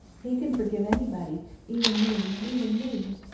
he can forgive anybody even me even me.